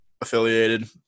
affiliated